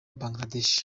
bangladesh